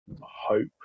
hope